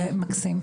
בבקשה.